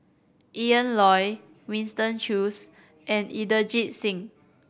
Ian Loy Winston Choos and Inderjit Singh